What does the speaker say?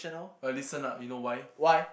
eh listen up you know why